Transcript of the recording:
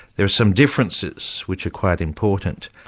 there are some differences, which are quite important.